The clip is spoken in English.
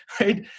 right